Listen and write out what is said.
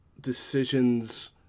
decisions